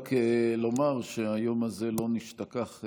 רק לומר שהיום הזה לא נשתכח,